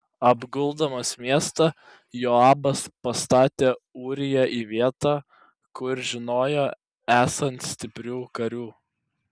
apguldamas miestą joabas pastatė ūriją į vietą kur žinojo esant stiprių karių